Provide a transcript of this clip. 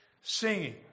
singing